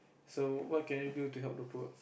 so what can you do to help the poor